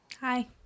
Hi